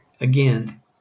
Again